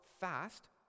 fast